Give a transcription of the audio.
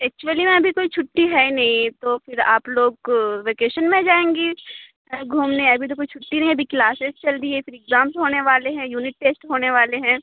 actually میں ابھی کوئی چھٹی ہے نہیں تو پھر آپ لوگ ویکیشن میں جائیں گی گھومنے ابھی تو کوئی چھٹی نہیں ہے ابھی کلاسز چل رہی ہے پھر ایگزامس ہونے والے ہیں یونٹ ٹیسٹ ہونے والے ہیں